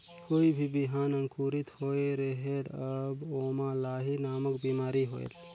कोई भी बिहान अंकुरित होत रेहेल तब ओमा लाही नामक बिमारी होयल?